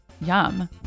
Yum